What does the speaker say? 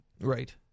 Right